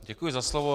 Děkuji za slovo.